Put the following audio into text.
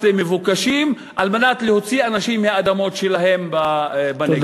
מבוקשים על מנת להוציא אנשים מהאדמות שלהם בנגב.